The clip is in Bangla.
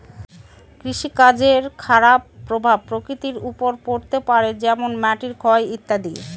কৃষিকাজের খারাপ প্রভাব প্রকৃতির ওপর পড়তে পারে যেমন মাটির ক্ষয় ইত্যাদি